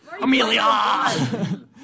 Amelia